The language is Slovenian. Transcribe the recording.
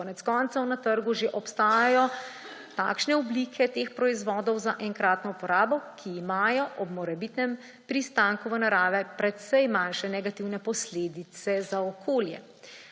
Konec koncev na trgu že obstajajo takšne oblike teh proizvodov za enkratno uporabo, ki imajo ob morebitnem pristanku v naravi precej manjše negativne posledice za okolje.